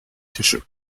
tissue